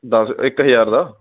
ਦਸ ਇੱਕ ਹਜ਼ਾਰ ਦਾ